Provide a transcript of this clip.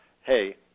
hey